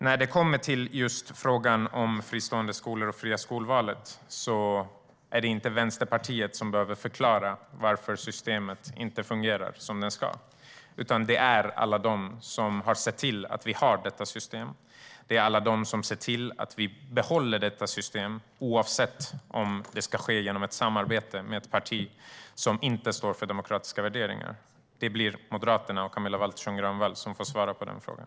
När det kommer till frågan om fristående skolor och det fria skolvalet är det inte Vänsterpartiet som behöver förklara varför systemet inte fungerar som det ska, utan det är alla de som har sett till att vi har detta system och som ser till att vi behåller detta system oavsett om det sker genom ett samarbete med ett parti som inte står för demokratiska värderingar. Det är Moderaterna och Camilla Waltersson Grönvall som får svara på den frågan.